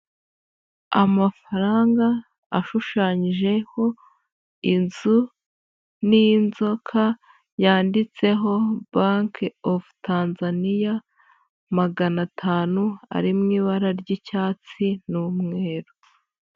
Amafaranga ashushanyijeho inzu n'inzoka yanditseho banki ofu Tanzania, magana atanu ari mu ibara ry'icyatsi n'umweru.